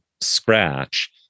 scratch